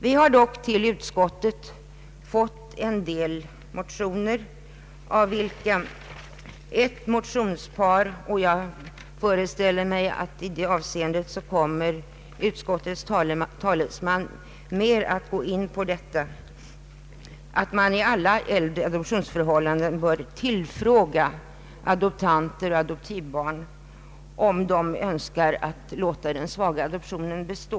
Vi har i utskottet behandlat en del motioner, där det framhållits att i alla äldre adoptionsförhållanden bör adoptanter och adoptivbarn tillfrågas om de önskar låta den svaga adoptionen bestå.